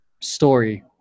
story